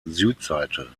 südseite